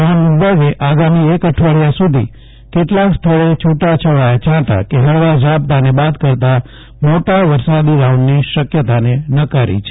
હવામાન વિભાગે આગામી એક અઠવાડિયા સુધી કેટલાક સ્થળે છુટાછવાયા છાંટા કે હળવા ઝાપટાંને બાદ કરતા મોટા વરસાદી રાઉન્ડની શકયતાને નકારી છે